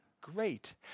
great